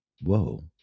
whoa